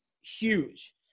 huge